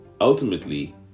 ultimately